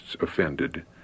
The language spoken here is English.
offended